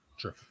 true